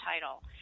title